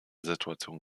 situation